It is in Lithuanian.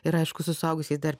ir aišku su suaugusiais dar